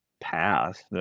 path